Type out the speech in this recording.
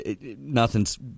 nothing's